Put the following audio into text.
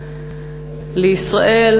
לישראל,